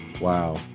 Wow